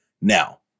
now